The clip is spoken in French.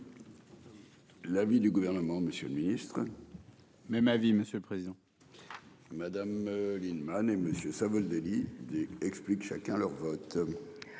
L'avis du gouvernement, Monsieur le Ministre. Même avis monsieur le président. Madame Lienemann et monsieur Savoldelli explique chacun leur vote.